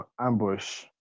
Ambush